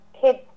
kids